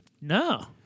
No